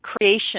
creation